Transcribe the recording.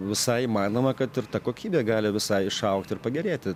visai įmanoma kad ir ta kokybė gali visai išaugti ir pagerėti